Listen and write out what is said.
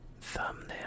thumbnail